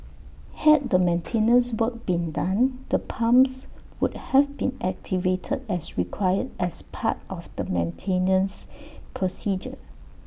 had the maintenance work been done the pumps would have been activated as required as part of the maintenance procedure